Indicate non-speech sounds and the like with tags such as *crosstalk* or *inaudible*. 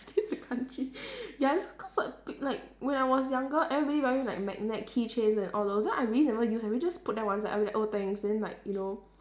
*laughs* the country *breath* ya that's cause like p~ like when I was younger everybody wearing like magnet key chains and all those then I really never use eh we just put them one side I'll be like oh thanks then like you know